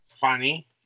funny